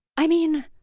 i mean,